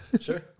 Sure